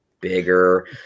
bigger